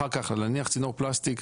השלב אחר כך, להניח צינור פלסטיק,